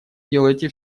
делаете